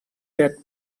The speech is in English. that